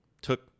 took